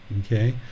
okay